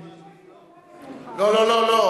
לא, לא.